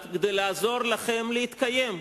לא מעט כדי לעזור לכם להתקיים,